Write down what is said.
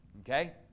Okay